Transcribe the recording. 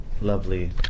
lovely